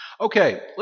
Okay